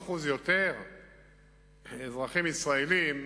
בכ-50% יותר אזרחים ישראלים,